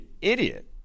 idiot